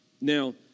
Now